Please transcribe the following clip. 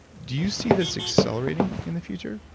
do you see this accelerating in the future?